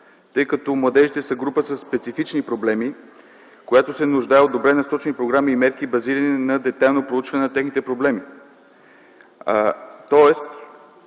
тъй като младежите са група със специфични проблеми, която се нуждае от добре насочени програми и мерки, базирани на детайлно проучване на техните проблеми.